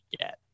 get